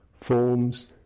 forms